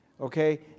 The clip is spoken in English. Okay